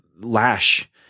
lash